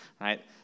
Right